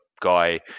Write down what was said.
guy